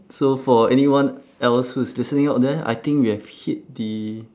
so for anyone else who is listening out there I think we have hit the